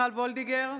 מיכל מרים וולדיגר,